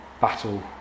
battle